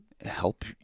help